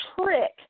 trick